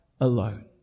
alone